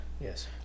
yes